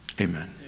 Amen